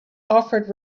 offered